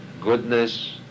goodness